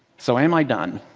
so am i done.